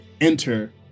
enter